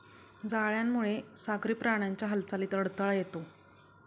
जाळ्यामुळे सागरी प्राण्यांच्या हालचालीत अडथळा येतो